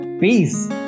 Peace